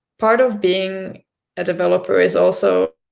part of being a developer is also